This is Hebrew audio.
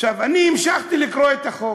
אני המשכתי לקרוא את החוק,